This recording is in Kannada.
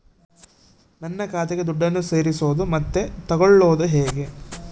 ನನ್ನ ಖಾತೆಗೆ ದುಡ್ಡನ್ನು ಸೇರಿಸೋದು ಮತ್ತೆ ತಗೊಳ್ಳೋದು ಹೇಗೆ?